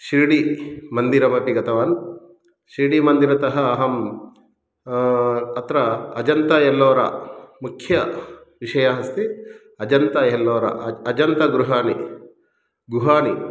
शिर्डि मन्दिरमपि गतवान् शिर्डिमन्दिरतः अहं अत्र अजन्ता एल्लोरा मुख्यविषयः अस्ति अजन्त एल्लोर अज् अजन्तगृहानि गुहानि